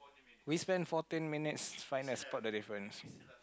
we spent fourteen minutes trying to spot the difference